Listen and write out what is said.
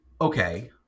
okay